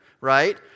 right